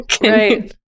Right